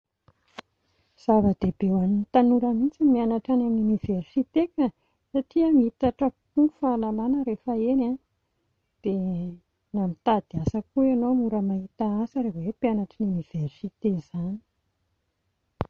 Zava-dehibe ho an'ny tanora mihintsy ny mianatra any amin'ny oniversite ka, satria mihitatra kokoa ny fahalalana rehefa eny a, dia na mitady asa koa ianao mora mahita asa raha vao hoe mpianatry ny oniversite izany